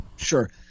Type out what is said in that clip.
Sure